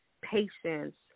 patience